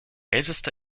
älteste